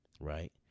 right